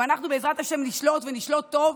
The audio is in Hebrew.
ואנחנו בעזרת ה' נשלוט ונשלוט טוב,